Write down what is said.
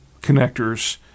connectors